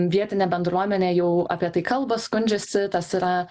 vietinė bendruomenė jau apie tai kalba skundžiasi tas yra